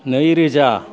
नै रोजा